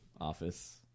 Office